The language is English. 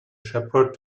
shepherd